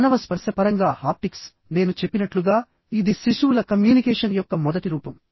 మానవ స్పర్శ పరంగా హాప్టిక్స్ నేను చెప్పినట్లుగా ఇది శిశువుల కమ్యూనికేషన్ యొక్క మొదటి రూపం